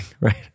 right